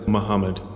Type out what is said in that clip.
Muhammad